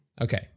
okay